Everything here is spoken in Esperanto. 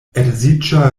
edziĝa